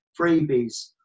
freebies